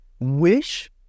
Wish